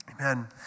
Amen